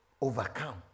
overcome